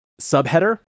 Subheader